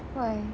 why